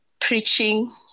preaching